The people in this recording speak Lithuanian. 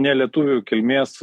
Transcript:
ne lietuvių kilmės